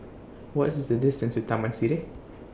What IS The distance to Taman Sireh